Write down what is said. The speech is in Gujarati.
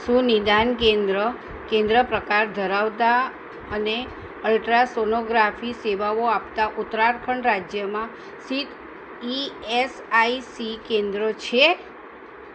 શું નિદાન કેન્દ્ર કેન્દ્ર પ્રકાર ધરાવતાં અને અલ્ટ્રાસોનોગ્રાફી સેવાઓ આપતાં ઉત્તરાખંડ રાજ્યમાં સ્થિત ઇએસઆઈસી કેન્દ્રો છે